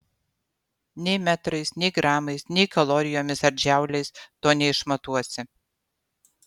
nei metrais nei gramais nei kalorijomis ar džauliais to neišmatuosi